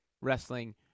wrestling